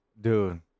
Dude